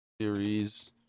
series